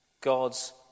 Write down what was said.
God's